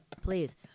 please